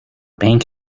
bank